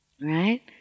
right